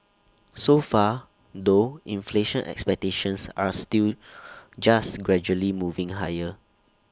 so far though inflation expectations are still just gradually moving higher